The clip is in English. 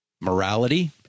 morality